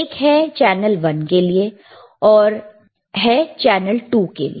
एक है चैनल 1 के लिए और है चैनल 2 के लिए